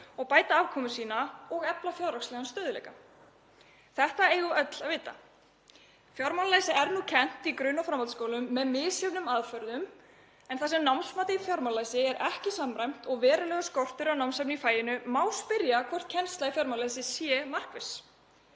og bæta afkomu sína og efla fjárhagslegan stöðugleika. Þetta eigum við öll að vita. Fjármálalæsi er nú kennt í grunn- og framhaldsskólum með misjöfnum aðferðum en þar sem námsmat í fjármálalæsi er ekki samræmt og verulegur skortur á námsefni í faginu má spyrja hvort kennsla í fjármálalæsi sé markviss.